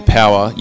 power